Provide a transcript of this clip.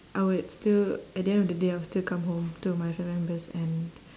I would still at the end of the day I would still come home to my family members and